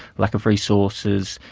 lack of resources.